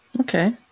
Okay